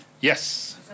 Yes